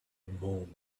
among